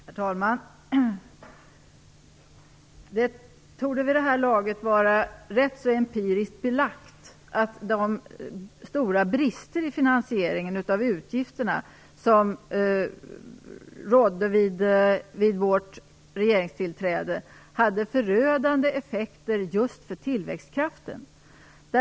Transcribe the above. Herr talman! Det torde vid det här laget vara rätt väl empiriskt belagt att de stora brister i finansieringen av utgifterna som rådde vid vårt regeringstillträde hade förödande effekter på tillväxtkraften.